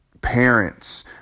parents